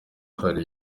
hari